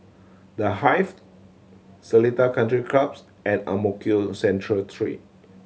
The Hive Seletar Country Clubs and Ang Mo Kio Central Three